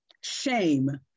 shame